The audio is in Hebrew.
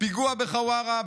פיגוע בחווארה,